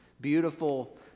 beautiful